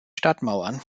stadtmauern